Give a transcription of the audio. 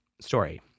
story